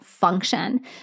function